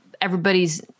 Everybody's